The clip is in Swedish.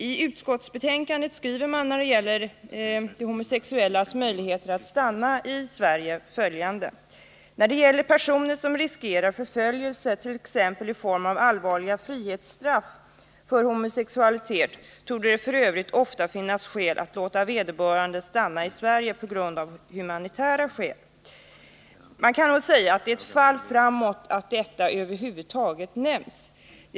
I utskottsbetänkandet skriver man följande när det gäller homosexuellas möjligheter att stanna i Sverige: ”När det gäller personer som riskerar förföljelse, t.ex. i form av allvarliga frihetsstraff, för homosexualitet torde det f. ö. ofta finnas skäl att låta vederbörande stanna i Sverige på grund av humanitära skäl.” Man kan nog säga att det är ett fall framåt att detta över huvud taget nämns i text.